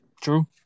True